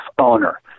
owner